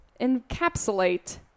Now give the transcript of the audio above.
encapsulate